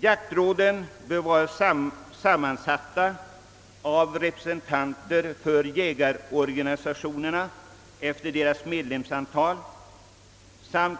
Jaktråden bör vara sammansatta av representanter för jägarorganisationerna efter deras medlemsantal samt